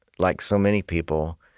like so many people,